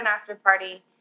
after-party